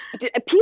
people